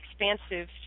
expansive